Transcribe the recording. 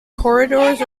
corridors